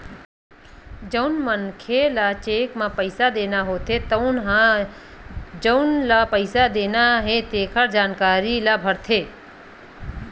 जउन मनखे ल चेक म पइसा देना होथे तउन ह जउन ल पइसा देना हे तेखर जानकारी ल भरथे